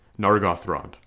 Nargothrond